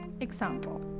Example